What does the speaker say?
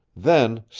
then,